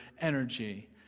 energy